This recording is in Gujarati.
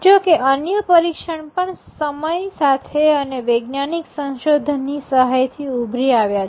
જો કે અન્ય પરીક્ષણ પણ સમય સાથે અને વૈજ્ઞાનિક સંશોધન ની સહાયથી ઉભરી આવ્યા છે